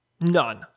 None